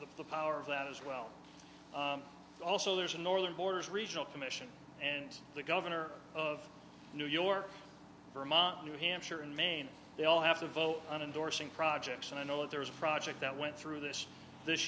the power of that as well also there's a northern borders regional commission and the governor of new york vermont new hampshire and maine they all have to vote on endorsing projects and i know there was a project that went through this